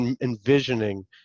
envisioning